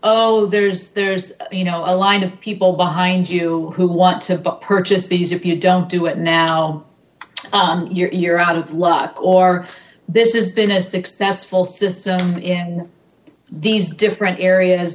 oh there's there's you know a line of people behind you who want to purchase these if you don't do it now you're out of luck or this is been a successful system in these different areas